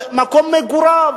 במקום מגוריו.